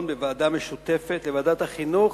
בוועדה משותפת לוועדת החינוך,